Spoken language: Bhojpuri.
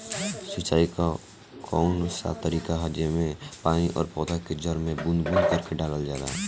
सिंचाई क कउन सा तरीका ह जेम्मे पानी और पौधा क जड़ में बूंद बूंद करके डालल जाला?